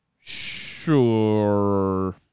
sure